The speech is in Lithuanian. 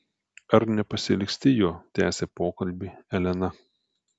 ar nepasiilgsti jo tęsia pokalbį elena